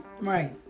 right